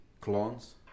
clones